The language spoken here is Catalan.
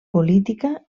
política